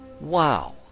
Wow